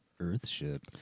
Earthship